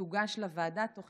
תוגש לוועדה תוך